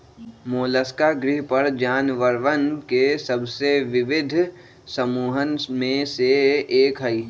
Mollusca ग्रह पर जानवरवन के सबसे विविध समूहन में से एक हई